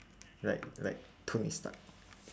like like tony stark